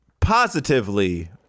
positively